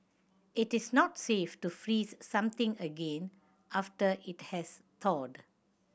it is not safe to freeze something again after it has thawed